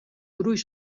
gruix